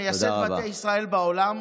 מייסד "בתי ישראל" בעולם.